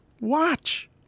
watch